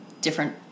different